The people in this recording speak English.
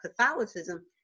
Catholicism